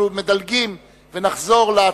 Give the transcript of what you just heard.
אנחנו מדלגים על סעיף זה בסדר-היום, ונחזור אליו.